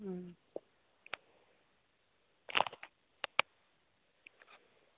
अं